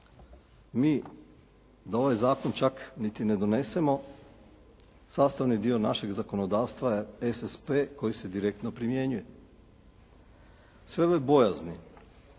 Mi da ovaj zakon čak niti ne donesemo sastavni dio našeg zakonodavstva je SSP koji se direktno primjenjuje. Sve ove bojazni